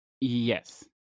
Yes